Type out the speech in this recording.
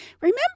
Remember